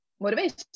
motivation